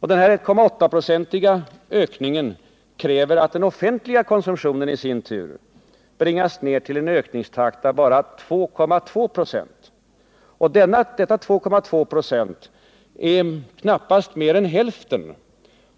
Och denna 1,8-procentiga ökning kräver att den offentliga konsumtionen i sin tur bringas ned till en ökningstakt av bara 2,2 26. Dessa 2,2 26 är knappast mer än hälften